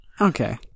Okay